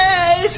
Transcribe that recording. Yes